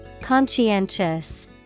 Conscientious